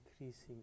increasing